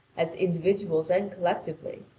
as individuals and collectively,